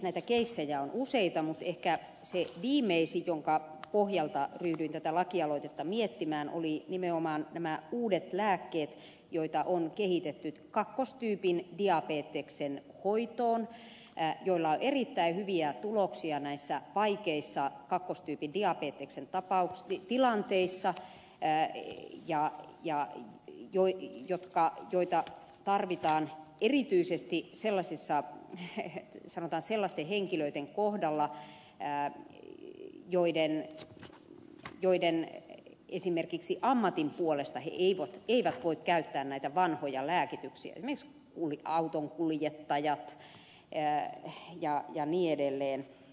näitä keissejä on useita mutta ehkä se viimeisin jonka pohjalta ryhdyin tätä lakialoitetta miettimään oli nimenomaan nämä uudet lääkkeet joita on kehitetty kakkostyypin diabeteksen hoitoon joilla on saatu erittäin hyviä tuloksia näissä vaikeissa kakkostyypin diabeteksen tapauksissa ja joita tarvitaan erityisesti sellaisten henkilöiden kohdalla jotka esimerkiksi ammattinsa puolesta eivät voi käyttää näitä vanhoja lääkityksiä esimerkiksi autonkuljettajat ja niin edelleen